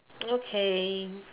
okay